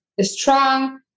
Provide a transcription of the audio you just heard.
strong